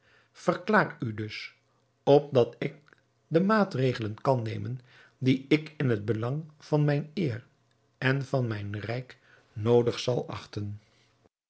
verklaar u dus opdat ik de maatregelen kan nemen die ik in het belang van mijn eer en van mijn rijk noodig zal achten